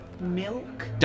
Milk